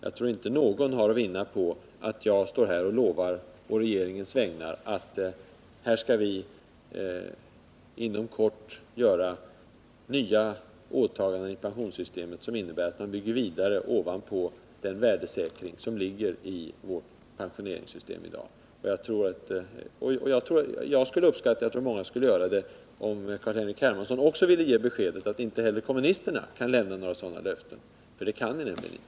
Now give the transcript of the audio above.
Jag tror inte att någon har något att vinna på att jag, å regeringens vägnar, står här och lovar att vi inom kort skall göra nya ändringar i pensionssystemet som innebär att vi bygger vidare ovanpå den värdesäkring som i dag ligger i vårt pensionssystem. Jag, och troligen många med mig, skulle uppskatta om Carl-Henrik Hermansson ville ge beskedet att inte heller kommunisterna kan ge några sådana löften — det kan ni nämligen inte.